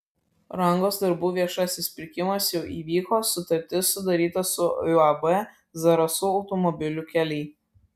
rangos darbų viešasis pirkimas jau įvyko sutartis sudaryta su uab zarasų automobilių keliai